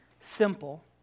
simple